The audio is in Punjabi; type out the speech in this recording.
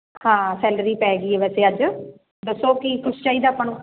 ਹਾਂ ਸੈਲਰੀ ਪੈ ਗਈ ਹੈ ਵੈਸੇ ਅੱਜ ਦੱਸੋ ਕੀ ਕੁਛ ਚਾਹੀਦਾ ਆਪਾਂ ਨੂੰ